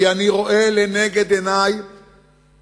כי אני רואה לנגד עיני תסריט